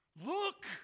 Look